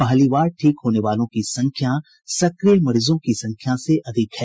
पहली बार ठीक होने वालों की संख्या सक्रिय मरीजों की संख्या से अधिक है